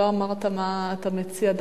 לא אמרת מה אתה מציע.